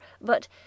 but—